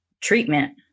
treatment